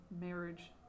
marriage